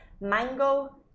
Mango